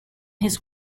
his